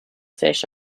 fish